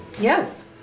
Yes